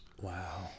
Wow